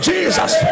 Jesus